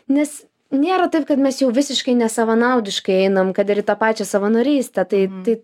nes nėra taip kad mes jau visiškai nesavanaudiškai einam kad ir į tą pačią savanorystę tai tai